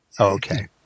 Okay